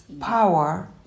power